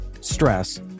stress